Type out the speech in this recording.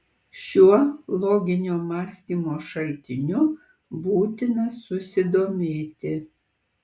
šiuo loginio mąstymo šaltiniu būtina susidomėti